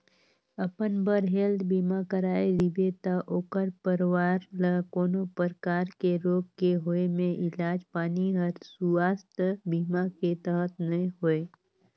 अपन बर हेल्थ बीमा कराए रिबे त ओखर परवार ल कोनो परकार के रोग के होए मे इलाज पानी हर सुवास्थ बीमा के तहत नइ होए